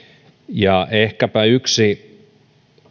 ehkäpä yksi